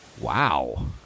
Wow